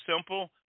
simple